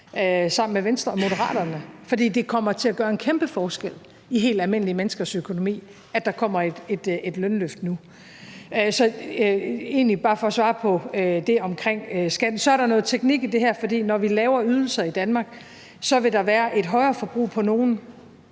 sammen med Venstre og Moderaterne, for det kommer til at gøre en kæmpe forskel i helt almindelige menneskers økonomi, at der kommer et lønløft. Det er egentlig bare for at svare på spørgsmålet om skatten. Så er der noget teknik i det her, for når vi laver ydelser i Danmark, vil der være et højere forbrug end